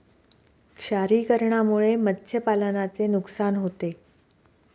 क्षारीकरणामुळे मत्स्यपालनाचे नुकसान होते